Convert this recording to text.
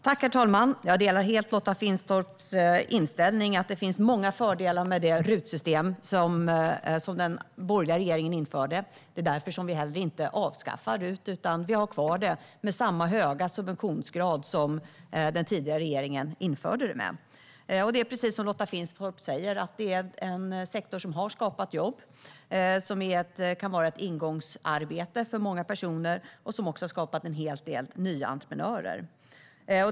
Herr talman! Jag delar helt Lotta Finstorps inställning att det finns många fördelar med det RUT-system som den borgerliga regeringen införde. Det är därför vi inte avskaffar RUT, utan vi har kvar det med samma höga subventionsgrad som den tidigare regeringen införde. Precis som Lotta Finstorp säger är detta en sektor som har skapat jobb som kan vara ett ingångsarbete för många personer och som också har skapat en hel del nya entreprenörer.